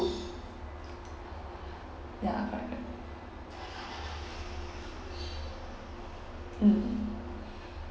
ya mm